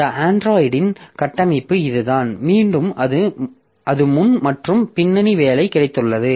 இந்த ஆண்ட்ராய்டின் கட்டமைப்பு இதுதான் மீண்டும் அது முன் மற்றும் பின்னணி வேலை கிடைத்துள்ளது